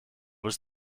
was